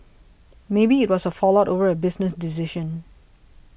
maybe it was a fallout over a business decision